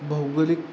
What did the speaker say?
भौगोलिक